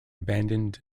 abandoned